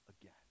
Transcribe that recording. again